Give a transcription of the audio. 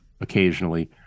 occasionally